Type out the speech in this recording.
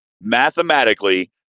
mathematically